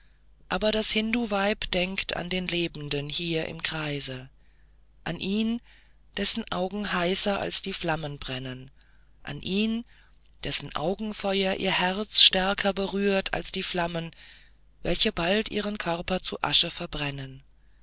aber das hinduweib denkt an den lebenden hier im kreise an ihn dessen augen heißer als die flammen brennen an ihn dessen augenfeuer ihr herz stärker berührt als die flammen welche bald ihren körper zu asche verbrennen